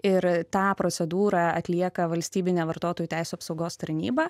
ir tą procedūrą atlieka valstybinė vartotojų teisių apsaugos tarnyba